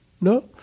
no